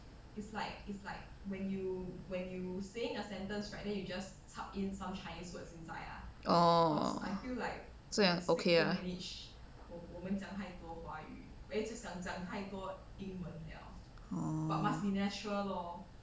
orh so like okay lah oh